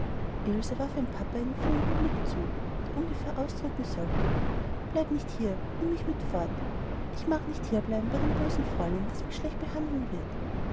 papa einen flehenden blick zu der ungefähr ausdrücken sollte bleib nicht hier nimm mich mit fort ich mag nicht hier bleiben bei dem bösen fräulein das mich schlecht behandeln wird